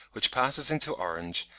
which passes into orange,